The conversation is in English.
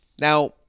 Now